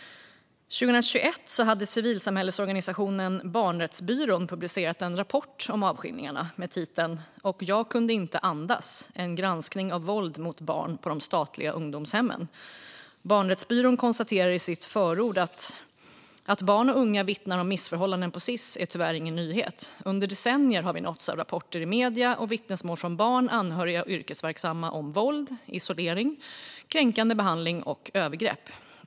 År 2021 publicerade civilsamhällesorganisationen Barnrättsbyrån en rapport om avskiljningarna med titeln ". och jag kunde inte andas "- e n granskning av våld mot barn på de statliga ungdomshemmen . Barnrättsbyrån konstaterar i sitt förord: "Att barn och unga vittnar om missförhållanden på SiS är tyvärr ingen nyhet. Under decennier har vi nåtts av rapporter i media och vittnesmål från barn, anhöriga och yrkesverksamma om våld, isolering, kränkande behandling och övergrepp.